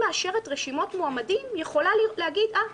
מאשרת רשימות מועמדים יכולה להגיד: אה,